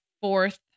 fourth